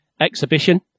exhibition